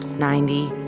ninety,